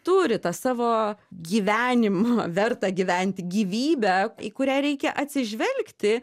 turi tą savo gyvenimą vertą gyventi gyvybę į kurią reikia atsižvelgti